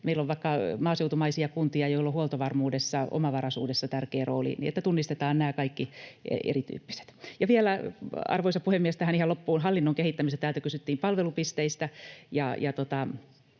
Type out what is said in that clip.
meillä on vaikka maaseutumaisia kuntia, joilla on huoltovarmuudessa ja omavaraisuudessa tärkeä rooli. Niin että tunnistetaan nämä kaikki erityyppiset. Vielä, arvoisa puhemies, tähän ihan loppuun hallinnon kehittämisestä: täältä kysyttiin palvelupisteistä,